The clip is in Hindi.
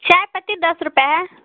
चाय पत्ती दस रुपये है